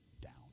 down